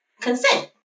consent